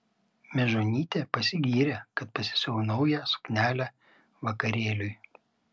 mežonytė pasigyrė kad pasisiuvo naują suknelę vakarėliui